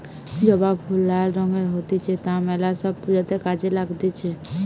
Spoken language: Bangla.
জবা ফুল লাল রঙের হতিছে তা মেলা সব পূজাতে কাজে লাগতিছে